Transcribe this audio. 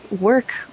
work